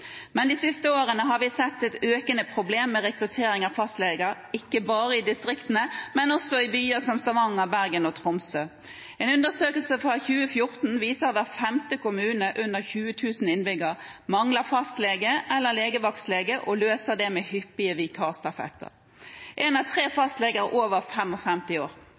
Men de siste årene har vi sett et økende problem med rekruttering av fastleger, ikke bare i distriktene, men også i byer som Stavanger, Bergen og Tromsø. En undersøkelse fra 2014 viser at hver femte kommune med under 20 000 innbyggere mangler fastlege eller legevaktslege og løser det med hyppige vikarstafetter. En av tre fastleger er over 55 år.